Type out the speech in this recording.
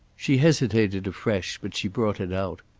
she hesitated afresh, but she brought it out.